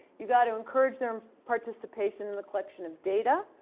you've gotta encourage their participation in the collection of data.